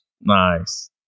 Nice